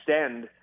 extend